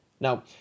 Now